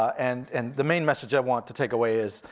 and and the main message i want to take away is,